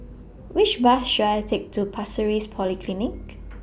Which Bus should I Take to Pasir Ris Polyclinic